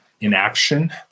inaction